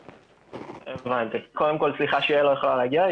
קודם כל סליחה שיעל לא יכלה להגיע.